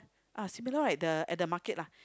are similar like the at market lah